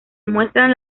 muestran